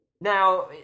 Now